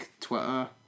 Twitter